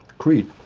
creed